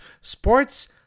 Sports